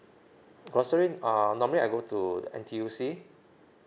grocery um normally I go to N_T_U_C